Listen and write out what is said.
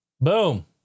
Boom